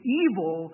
evil